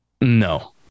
No